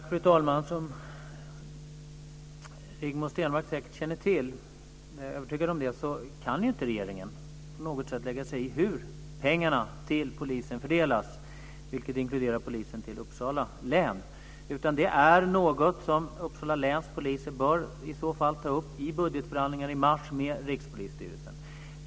Fru talman! Som Rigmor Stenmark säkert känner till - jag är övertygad om det - kan inte regeringen på något sätt lägga sig i hur pengarna till polisen fördelas, vilket inkluderar polisen i Uppsala län. Det är något som Uppsala läns poliser i så fall bör ta upp i budgetförhandlingarna med Rikspolisstyrelsen i mars.